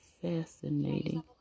fascinating